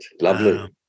lovely